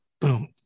boom